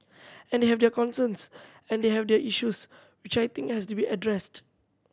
and they have their concerns and they have their issues which I think has to be addressed